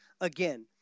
again